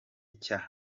cya